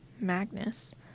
magnus